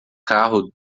carro